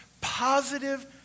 positive